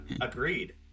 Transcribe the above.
agreed